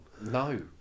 No